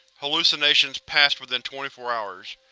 hallucinations passed within twenty four hours.